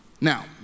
Now